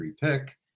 pick